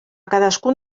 cadascun